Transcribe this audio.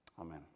Amen